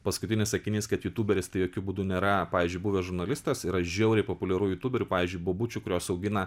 paskutinis sakinys kad jutuberis tai jokiu būdu nėra pavyzdžiui buvęs žurnalistas yra žiauriai populiaru jutuberių pavyzdžiui bobučių kurios augina